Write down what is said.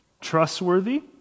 trustworthy